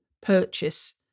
purchase